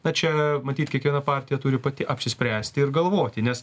na čia matyt kiekviena partija turi pati apsispręsti ir galvoti nes